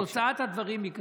תוצאת הדברים היא כזאת: